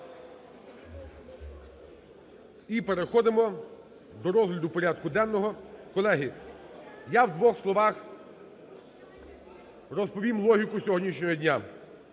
І переходимо до розгляду порядку денного. Колеги, я в двох словах розповім логіку сьогоднішнього дня.